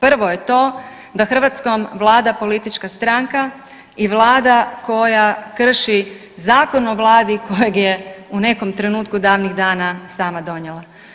Prvo je to da Hrvatskom vlada politička stranka i vlada koja krši Zakon o Vladi kojeg je u nekom trenutku davnih dana sama donijela.